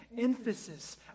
emphasis